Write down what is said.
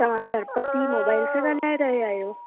तव्हां गणपति मोबाइल सां ॻाल्हाए रहिया आहियो